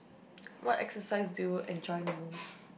what exercise do you enjoy the most